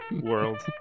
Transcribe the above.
world